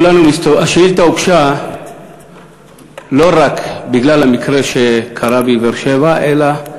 השאילתה הוגשה לא רק בגלל המקרה שקרה בבאר-שבע אלא,